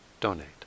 donate